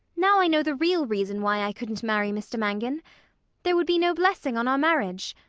now i know the real reason why i couldn't marry mr mangan there would be no blessing on our marriage.